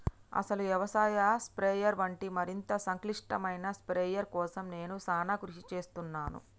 అసలు యవసాయ స్ప్రయెర్ వంటి మరింత సంక్లిష్టమైన స్ప్రయెర్ కోసం నేను సానా కృషి సేస్తున్నాను